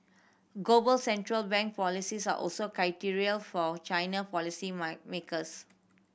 global central bank policies are also critical for China policy makers